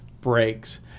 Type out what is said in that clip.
breaks